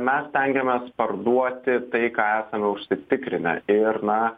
mes stengiamės parduoti tai ką esame užsitikrinę ir na